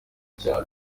cyane